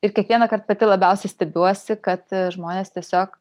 ir kiekvienąkart pati labiausiai stebiuosi kad žmonės tiesiog